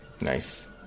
Nice